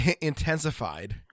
intensified